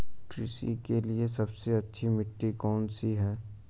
कृषि के लिए सबसे अच्छी मिट्टी कौन सी है?